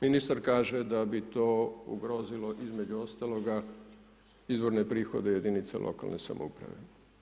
Ministar kaže da bi to ugrozilo između ostaloga izvorne prihode jedinica lokalne samouprave.